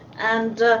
and,